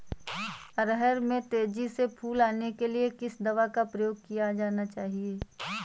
अरहर में तेजी से फूल आने के लिए किस दवा का प्रयोग किया जाना चाहिए?